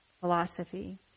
philosophy